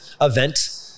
event